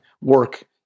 work